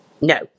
No